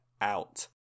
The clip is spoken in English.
out